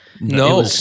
no